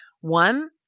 one